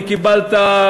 וקיבלת,